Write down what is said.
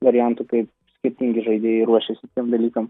variantų kaip skirtingi žaidėjai ruošiasi tiem dalykam